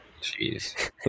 Jeez